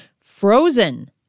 Frozen